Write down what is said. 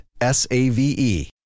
S-A-V-E